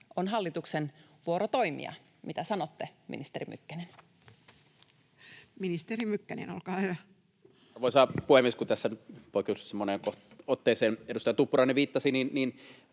on hallituksen vuoro toimia. Mitä sanotte, ministeri Mykkänen? Ministeri Mykkänen, olkaa hyvä. Arvoisa puhemies! Kun tässä poikkeuksellisen moneen otteeseen edustaja Tuppurainen viittasi